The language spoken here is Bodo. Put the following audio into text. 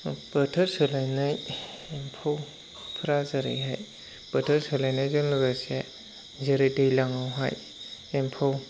बोथोर सोलायनाय एम्फौफोरा जेरैहाय बोथोर सोलायनायजों लोगोसे जेरै दैज्लांआवहाय एम्फौ